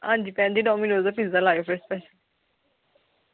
आं जी भैन जी फिर डोमीनोज़ दा पिज्जा लायो फिर ते